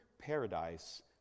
paradise